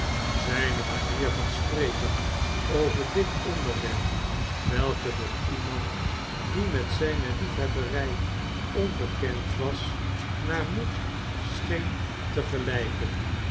zijne manier van spreken over dit onderwerp welke voor lemand iie met zijne liefhebberij onbekend was naar moed scheen te gelijken